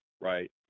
right